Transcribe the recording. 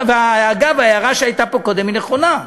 אגב, ההערה שהייתה פה קודם, נכונה.